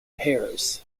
pairs